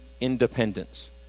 independence